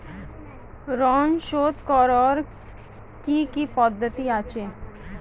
ঋন শোধ করার কি কি পদ্ধতি আছে?